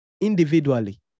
individually